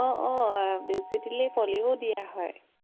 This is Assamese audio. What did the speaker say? অঁ অঁ বেজী দিলে পলিও দিয়া হয়